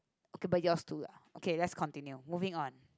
okay but yours too lah okay let's continue moving on